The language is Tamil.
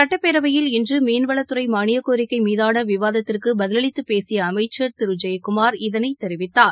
சுட்டப்பேரவையில் இன்று மீன்வளத்துறை மானியக்கோரிக்கை மீதான விவாதத்திற்கு பதிலளித்து பேசிய அமைச்சர் திரு டி ஜெயக்குமார் இதனை தெரிவித்தார்